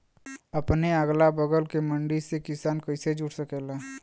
अपने अगला बगल के मंडी से किसान कइसे जुड़ सकेला?